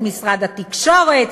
את משרד התקשורת,